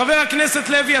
חבר הכנסת לוי,